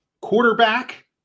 quarterback